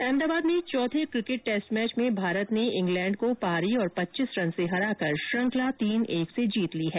अहमदाबाद में चौथे cricket test match में भारत ने इंग्लैंड को पारी और पच्चीस रन से हराकर श्रृंखला तीन एक से जीत ली है